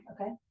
Okay